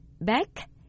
back